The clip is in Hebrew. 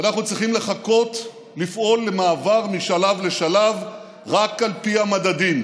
אנחנו צריכים לחכות לפעול למעבר משלב לשלב רק על פי המדדים.